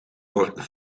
wordt